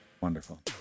Wonderful